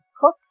cook